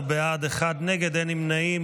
11 בעד, אחד נגד, אין נמנעים.